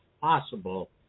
possible